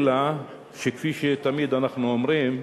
אלא שכפי שתמיד אנחנו אומרים: